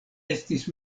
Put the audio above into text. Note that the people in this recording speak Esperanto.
estis